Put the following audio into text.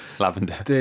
Lavender